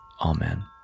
Amen